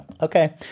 Okay